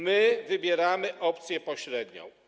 My wybieramy opcję pośrednią.